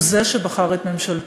הוא זה שבחר את ממשלתו.